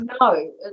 no